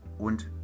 und